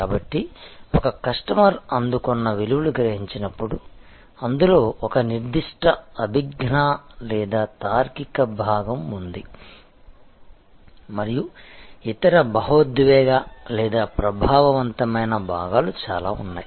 కాబట్టి ఒక కస్టమర్ అందుకున్న విలువలు గ్రహించినప్పుడు అందులో ఒక నిర్దిష్ట అభిజ్ఞా లేదా తార్కిక భాగం ఉంది మరియు ఇతర భావోద్వేగ లేదా ప్రభావవంతమైన భాగాలు చాలా ఉన్నాయి